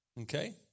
okay